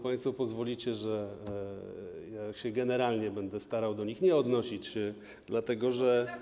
Państwo pozwolicie, że generalnie będę starał się do nich nie odnosić, dlatego że.